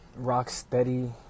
Rocksteady